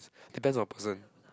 depends on the person